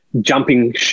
Jumping